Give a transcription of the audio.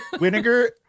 vinegar